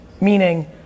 Meaning